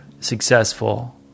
successful